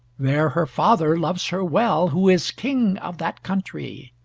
there her father loves her well, who is king of that countrie.